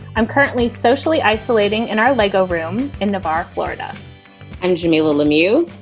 i'm currently socially isolating. and our lego room in navarre, florida i'm jamilah lemieux.